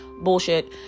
Bullshit